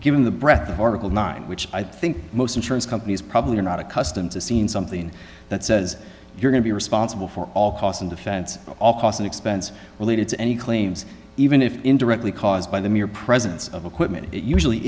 given the breath of article nine which i think most insurance companies probably are not accustomed to seeing something that says you're going to be responsible for all costs and defense all cost and expense related to any claims even if indirectly caused by the mere presence of equipment it usually